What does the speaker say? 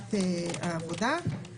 בוועדת העבודה.